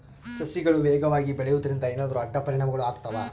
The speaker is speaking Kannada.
ಸಸಿಗಳು ವೇಗವಾಗಿ ಬೆಳೆಯುವದರಿಂದ ಏನಾದರೂ ಅಡ್ಡ ಪರಿಣಾಮಗಳು ಆಗ್ತವಾ?